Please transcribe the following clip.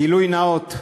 גילוי נאות,